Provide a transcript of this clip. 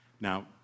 Now